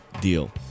Deal